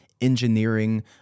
engineering